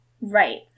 Right